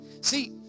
See